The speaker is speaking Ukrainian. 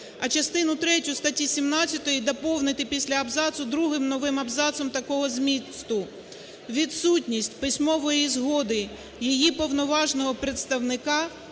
А частину третю статті 17 доповнити після абзацу другим новим абзацом такого змісту: "Відсутність письмової згоди її повноважного представника,